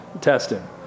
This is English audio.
testing